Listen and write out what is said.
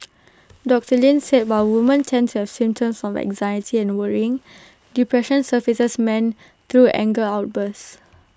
doctor Lin said while woman tend to have symptoms of anxiety and worrying depression surfaces men through anger outbursts